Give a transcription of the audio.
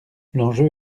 l’enjeu